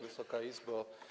Wysoka Izbo!